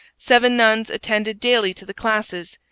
seven nuns attended daily to the classes.